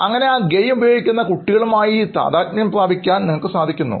അങ്ങനെ ആ ഗെയിം ഉപയോഗിക്കുന്ന കുട്ടികളുമായി താദാത്മ്യം പ്രാപിക്കുന്നു